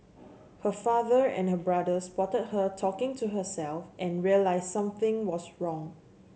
her father and her brother spotted her talking to herself and realised something was wrong